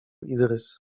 idrys